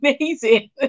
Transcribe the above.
amazing